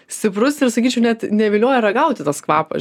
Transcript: stiprus ir sakyčiau net nevilioja ragauti tas kvapas